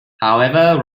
however